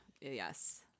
Yes